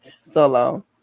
solo